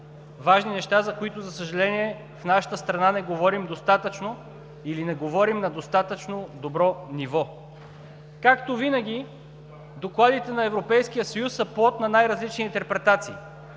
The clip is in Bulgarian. важни неща, за които, за съжаление, в нашата страна не говорим достатъчно или не говорим на достатъчно добро ниво. Както винаги докладите на Европейския съюз са плод на най различни интерпретации.